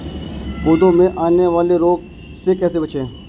पौधों में आने वाले रोग से कैसे बचें?